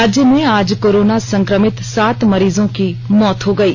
राज्य में आज कोरोना संक्रमित सात मरीजों की मौत हो गयी